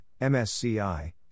MSCI